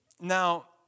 Now